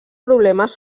problemes